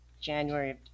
January